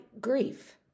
grief